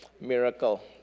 miracle